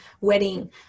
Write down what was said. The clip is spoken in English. wedding